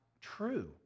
true